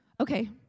Okay